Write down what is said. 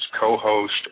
co-host